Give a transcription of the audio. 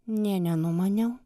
nė nenumaniau